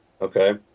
Okay